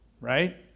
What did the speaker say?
right